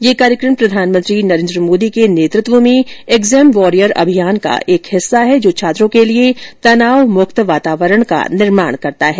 ये कार्यक्रम प्रधानमंत्री नरेंद्र मोदी के नेतृत्व में एग्जाम वॉरियर अभियान का एक हिस्सा है जो छात्रों के लिए तनावमुक्त वातावरण का सूजन करता है